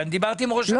גם דיברתי עם ראש הממשלה.